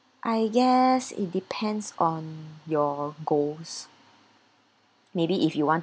I guess it depends on your goals maybe if you want